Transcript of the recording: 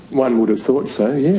one would have thought so, yeah